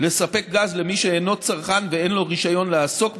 לספק גז למי שאינו צרכן ואין לו רישיון לעסוק בגז,